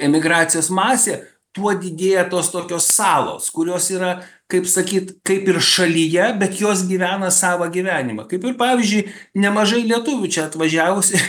emigracijos masė tuo didėja tos tokios salos kurios yra kaip sakyt kaip ir šalyje bet jos gyvena savą gyvenimą kaip ir pavyzdžiui nemažai lietuvių čia atvažiavus